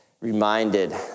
reminded